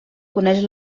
coneix